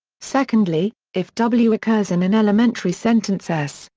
secondly, if w occurs in an elementary sentence s,